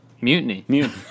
mutiny